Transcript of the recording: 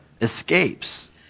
escapes